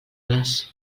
les